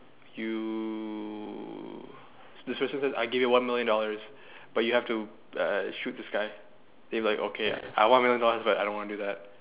you the situation is I give you one million dollars but you have to uh shoot this guy then you like okay I want one million dollars but I'm not going to do that